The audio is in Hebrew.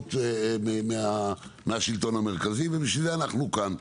שקיימות בשלטון המרכזי, בשביל זה אנחנו כאן.